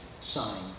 sign